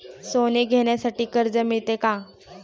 सोने घेण्यासाठी कर्ज मिळते का?